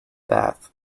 bath